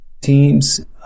teams